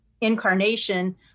incarnation